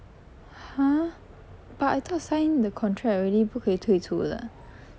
!huh! but I thought sign the contract already 不可以退出了